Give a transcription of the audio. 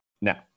now